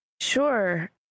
Sure